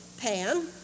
pan